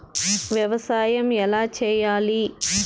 వ్యవసాయం ఎలా చేయాలి?